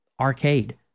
Arcade